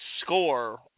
score